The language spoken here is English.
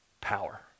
power